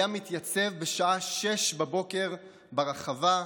היה מתייצב בשעה 06:00 ברחבה,